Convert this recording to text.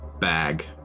bag